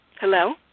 hello